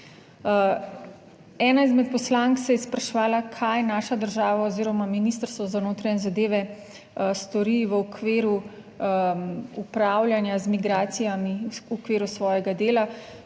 Ena izmed poslank se je spraševala kaj naša država oziroma Ministrstvo za notranje zadeve stori v okviru upravljanja z migracijami v okviru svojega dela.